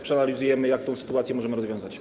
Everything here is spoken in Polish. Przeanalizujemy, jak tę sytuację możemy rozwiązać.